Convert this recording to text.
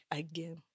again